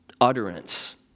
utterance